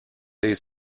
les